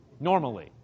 normally